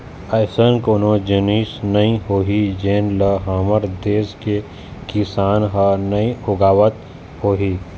अइसन कोनो जिनिस नइ होही जेन ल हमर देस के किसान ह नइ उगावत होही